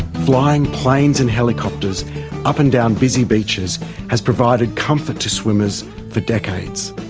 flying planes and helicopters up and down busy beaches has provided comfort to swimmers for decades,